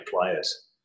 players